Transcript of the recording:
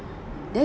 then